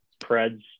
Preds